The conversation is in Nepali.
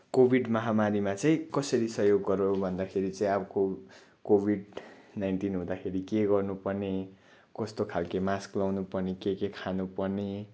कोविड महामारीमा चाहिँ कसरी सहयोग गर्यो भन्दाखेरि चाहिँ अब कोविड नाइन्टिन हुँदाखेरि के गर्नु पर्ने कस्तो खालको मास्क लाउनु पर्ने के के खानु पर्ने